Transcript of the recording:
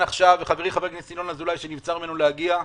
חברי חבר הכנסת ינון אזולאי, שנבצר ממנו להגיע,